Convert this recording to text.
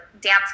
dance